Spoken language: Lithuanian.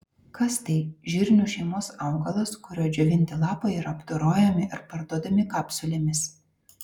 kas tai žirnių šeimos augalas kurio džiovinti lapai yra apdorojami ir parduodami kapsulėmis